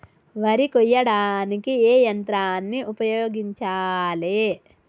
వరి కొయ్యడానికి ఏ యంత్రాన్ని ఉపయోగించాలే?